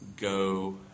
go